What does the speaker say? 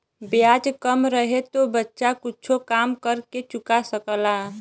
ब्याज कम रहे तो बच्चा कुच्छो काम कर के चुका सकला